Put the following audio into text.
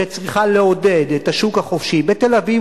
שצריכה לעודד את השוק החופשי בתל-אביב,